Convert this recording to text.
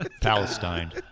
Palestine